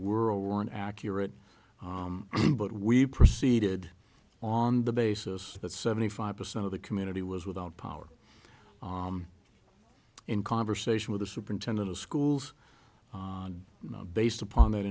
weren't accurate but we proceeded on the basis that seventy five percent of the community was without power in conversation with the superintendent of schools you know based upon that